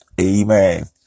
amen